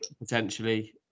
potentially